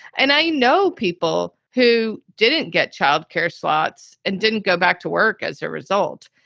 and i know people who didn't get child care slots and didn't go back to work as a result.